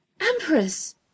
empress